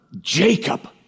Jacob